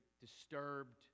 disturbed